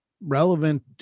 relevant